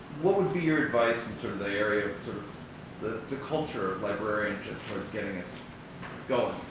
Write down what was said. what would be your advice in sort of the area sort of the the culture of librarianship towards getting us going?